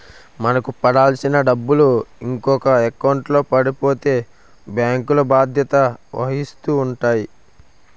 మనకు పడాల్సిన డబ్బులు ఇంకొక ఎకౌంట్లో పడిపోతే బ్యాంకులు బాధ్యత వహిస్తూ ఉంటాయి